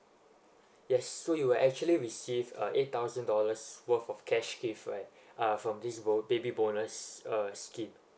yes so you will actually receive uh eight thousand dollars worth of cash gift right from this bo~ baby bonus uh scheme